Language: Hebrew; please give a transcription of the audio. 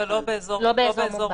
לא אזור מוגבל.